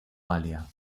galia